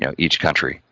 you know each country,